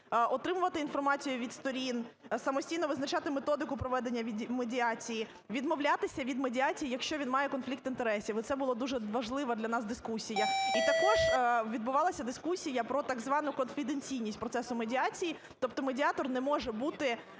отримувати інформацію від сторін, самостійно визначати методику проведення медіації, відмовлятися від медіації, якщо він має конфлікт інтересів. І це була дуже важлива для нас дискусія. І також відбувалася дискусія про так звану конфіденційність процесу медіації. Тобто медіатор не може бути